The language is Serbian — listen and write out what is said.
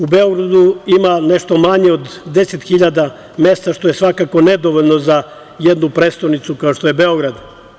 U Beogradu ima nešto manje od 10 hiljada mesta, što je svakako nedovoljno za jednu prestonicu kao što je Beograd.